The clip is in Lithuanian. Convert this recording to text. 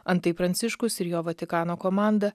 antai pranciškus ir jo vatikano komanda